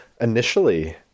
initially